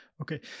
okay